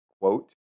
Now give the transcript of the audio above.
quote